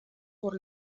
por